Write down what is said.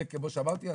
וכמו שאמרתי,